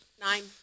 Nine